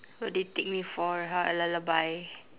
what do you take me for !huh! a lullaby